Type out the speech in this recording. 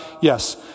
Yes